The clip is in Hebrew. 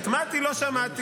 את מטי לא שמעתי.